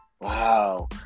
wow